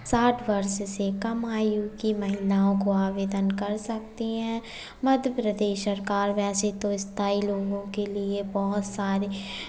साठ वर्ष से कम आयु की महिलाओं को आवेदन कर सकती है मध्यप्रदेश सरकार वैसे तो स्थायी लोगों के लिये बहुत सारे